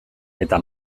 eta